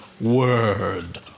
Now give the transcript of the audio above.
word